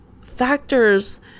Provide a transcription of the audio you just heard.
factors